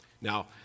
Now